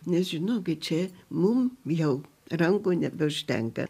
nes žinokit čia mum jau rankų nebeužtenka